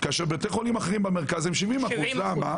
כאשר בתי החולים האחרים במרכז הם 70%. 70%. למה?